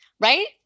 Right